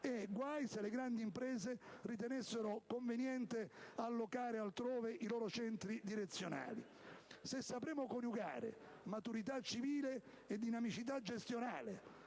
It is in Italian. e guai se le grandi imprese ritenessero conveniente allocare altrove i loro centri direzionali. Se sapremo coniugare maturità civile e dinamicità gestionale,